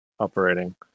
Operating